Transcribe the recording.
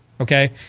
Okay